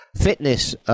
fitness